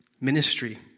ministry